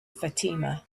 fatima